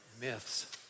Myths